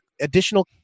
additional